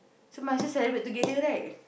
so might as well celebrate together right